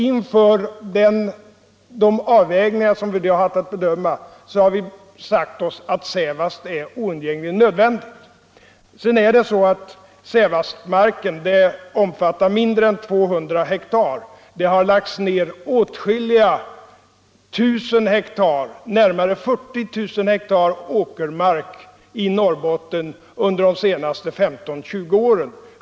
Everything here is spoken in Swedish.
Inför de avvägningar som vi haft att göra har vi sagt oss att det var oundgängligen nödvändigt att ta Sävastmarken i anspråk. Området omfattar mindre än 200 hektar. Det har lagts ned närmare 40 000 hektar åkermark i Norrbotten under de senaste 15-20 åren.